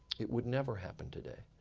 it would never happen today.